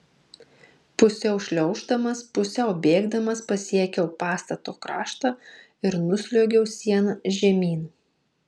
pusiau šliauždamas pusiau bėgdamas pasiekiau pastato kraštą ir nusliuogiau siena žemyn